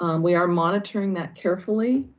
um we are monitoring that carefully.